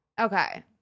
okay